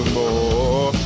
more